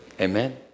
Amen